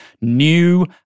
new